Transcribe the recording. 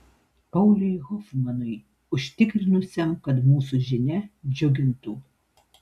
pauliui hofmanui užtikrinusiam kad mūsų žinia džiugintų